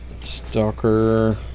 Stalker